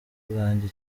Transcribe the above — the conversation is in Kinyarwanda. banjye